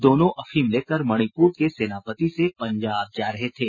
दोनों अफीम लेकर मणिपुर के सेनापति से पंजाब जा रहे थे